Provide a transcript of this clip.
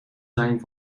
zijn